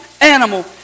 animal